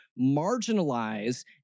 marginalize